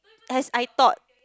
as I thought